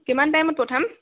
কিমান টাইমত পঠাম